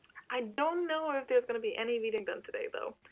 i don't know if there's gonna be any reading done, today though.